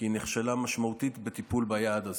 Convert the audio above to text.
כי היא נכשלה משמעותית בטיפול ביעד הזה.